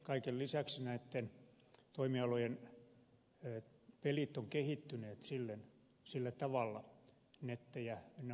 kaiken lisäksi näitten toimialojen pelit ovat kehittyneet sillä tavalla nettejä ynnä muuta